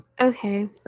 Okay